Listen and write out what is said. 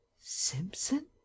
Simpson